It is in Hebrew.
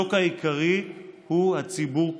והניזוק העיקרי הוא הציבור כולו.